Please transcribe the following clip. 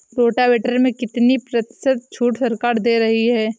Rotavator में कितनी प्रतिशत का छूट सरकार दे रही है?